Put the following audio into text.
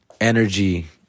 energy